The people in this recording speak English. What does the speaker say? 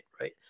right